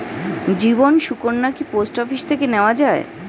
জীবন সুকন্যা কি post office থেকে নেওয়া যায়?